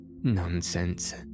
Nonsense